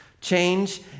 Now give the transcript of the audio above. Change